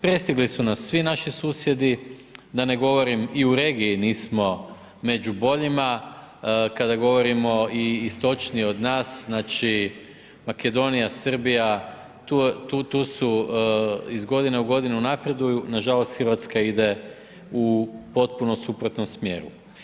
Prestigli su nas svi naši susjedi, da ne govorim i u regiji nismo među boljima, kada govorimo i istočnije od nas, znači Makedonija, Srbija, tu su iz godine u godine napreduju nažalost Hrvatska ide u potpunom suprotnom smjeru.